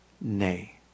nay